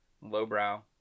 lowbrow